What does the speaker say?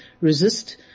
resist